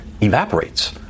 evaporates